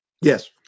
Yes